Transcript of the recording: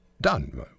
done